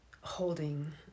holding